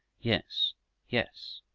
yes yes,